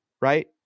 Right